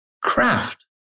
craft